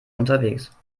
unterwegs